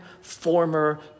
former